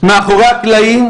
מאחורי הקלעים,